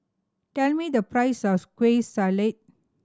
tell me the price of Kueh Salat